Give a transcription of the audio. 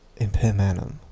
impermanum